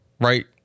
right